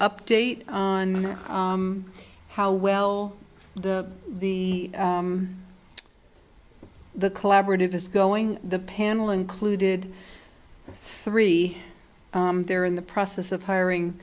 update on how well the the the collaborative is going the panel included three they're in the process of hiring